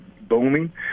booming